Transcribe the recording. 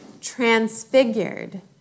transfigured